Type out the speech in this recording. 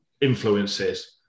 influences